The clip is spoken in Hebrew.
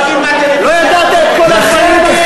לא ידעת את כל הדברים האלה?